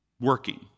working